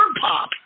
pop